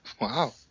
Wow